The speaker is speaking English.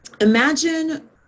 imagine